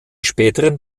späteren